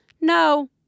No